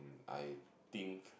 I think